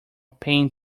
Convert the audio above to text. pain